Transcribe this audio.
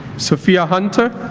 sofia hunter